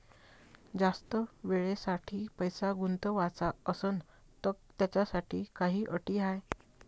जास्त वेळेसाठी पैसा गुंतवाचा असनं त त्याच्यासाठी काही अटी हाय?